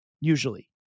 usually